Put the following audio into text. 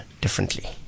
differently